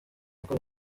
kuko